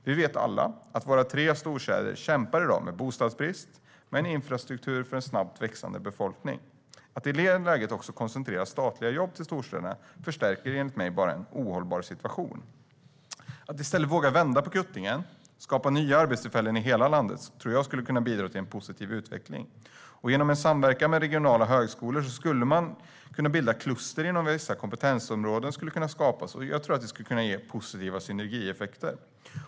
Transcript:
Vi vet alla att våra tre storstäder i dag kämpar med bostadsbrist och en infrastruktur för en snabbt växande befolkning. Att i det läget koncentrera statliga jobb till storstäderna förstärker enligt min mening en redan ohållbar situation. Att i stället våga vända på kuttingen och skapa nya arbetstillfällen i hela landet tror jag skulle bidra till en positiv utveckling. Genom samverkan med regionala högskolor skulle man kunna bilda kluster inom vissa kompetensområden, vilket skulle ge positiva synergieffekter.